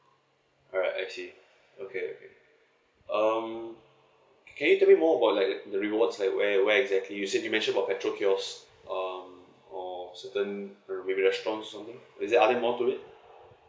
alright I see okay okay um can you tell more about like the rewards like where where exactly you said you mentioned about petrol kiosk um or certain maybe restaurants or something is there are there more to it